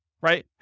right